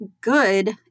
good